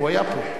הוא היה פה.